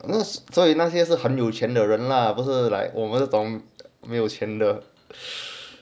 所以那些是很有钱的人啦不是我们这种没有钱的